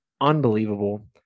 unbelievable